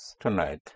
Tonight